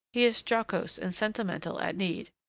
he is jocose and sentimental at need,